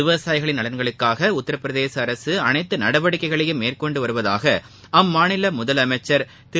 விவசாயிகளின் நலன்களுக்காக உத்தரப்பிரதேச அரசு அனைத்து நடவடிக்கைகளையும் மேற்கொண்டு வருவதாக அம்மாநில முதலமைச்சா் திரு